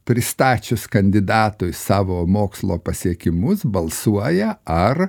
pristačius kandidatui savo mokslo pasiekimus balsuoja ar